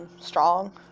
strong